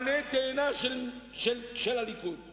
לו: הרי אתה יודע שלא תקיים שום הבטחות.